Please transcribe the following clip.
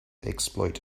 exploit